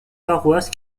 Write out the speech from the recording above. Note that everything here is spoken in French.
paroisses